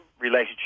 relationship